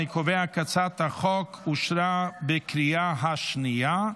אני קובע כי הצעת החוק אושרה בקריאה השנייה.